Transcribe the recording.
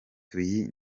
tuyi